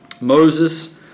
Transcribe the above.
moses